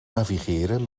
navigeren